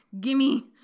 Gimme